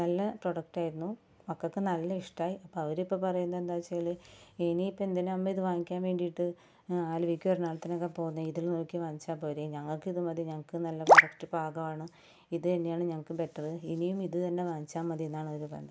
നല്ല പ്രൊഡക്റ്റായിരുന്നു മക്കൾക്ക് നല്ലിഷ്ടമായി അപ്പം അവരിപ്പം പറയുന്നത് എന്താന്ന് വെച്ചാൽ എനീപ്പ എന്തിനാമ്മേ ഇത് വാങ്ങിക്കാന് വേണ്ടീട്ട് ആലുവയ്ക്കും എറണാകുളത്തിനുവൊക്കെ പോന്നെ ഇതില് നോക്കി വാങ്ങിച്ചാപ്പോരെ ഞങ്ങൾക്കിത് മതി ഞങ്ങൾക്ക് നല്ല കറക്റ്റ് പാകാണ് ഇത് തന്നെയാണ് ഞങ്ങൾക്ക് ബെറ്ററ് ഇനീം ഇത് തന്നെ വാങ്ങിച്ചാൽ മതിയെന്നാണ് അവർ പറയുന്നത്